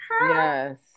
Yes